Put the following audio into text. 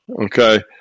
Okay